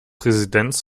residenz